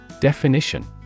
Definition